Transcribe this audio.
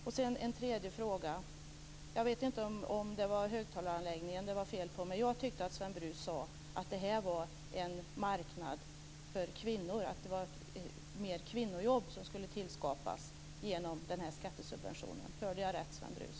Jag har ytterligare en fråga. Jag vet inte om det var högtalaranläggningen som krånglade, men jag tyckte faktiskt att Sven Brus sade att det var kvinnojobb som skulle skapas genom den här skattesubventionen. Hörde jag rätt, Sven Brus?